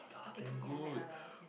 okay K K I like lah